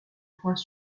points